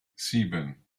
sieben